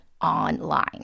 online